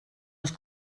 les